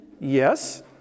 Yes